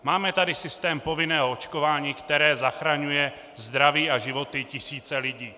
Máme tady systém povinného očkování, které zachraňuje zdraví a životy tisíce lidí.